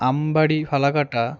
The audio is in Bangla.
আমবাড়ি ফালাকাটা